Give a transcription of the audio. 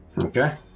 Okay